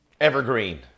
evergreen